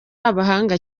abahanga